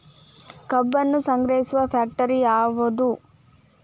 ಕಬ್ಬನ್ನು ಸಂಗ್ರಹಿಸುವ ಫ್ಯಾಕ್ಟರಿ ಯಾವದು?